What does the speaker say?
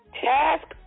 task